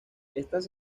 estas